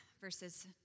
verses